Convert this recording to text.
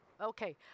okay